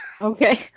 Okay